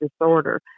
disorder